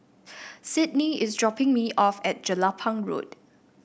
Sydney is dropping me off at Jelapang Road